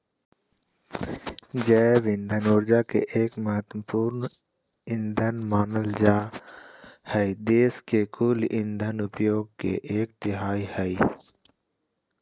जैव इंधन ऊर्जा के एक महत्त्वपूर्ण ईंधन मानल जा हई देश के कुल इंधन उपयोग के एक तिहाई हई